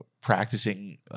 practicing